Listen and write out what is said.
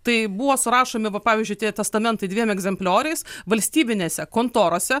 tai buvo surašomi va pavyzdžiui tie testamentai dviem egzemplioriais valstybinėse kontorose